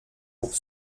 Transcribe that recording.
pour